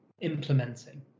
implementing